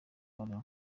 barrow